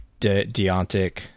Deontic